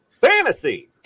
Fantasy